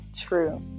true